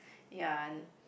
ya